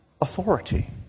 authority